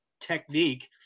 technique